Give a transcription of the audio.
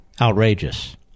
outrageous